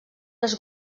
les